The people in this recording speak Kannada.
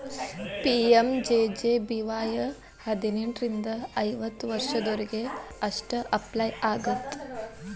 ಪಿ.ಎಂ.ಜೆ.ಜೆ.ಬಿ.ವಾಯ್ ಹದಿನೆಂಟರಿಂದ ಐವತ್ತ ವರ್ಷದೊರಿಗೆ ಅಷ್ಟ ಅಪ್ಲೈ ಆಗತ್ತ